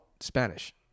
Spanish